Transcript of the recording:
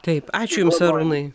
taip ačiū jums arūnai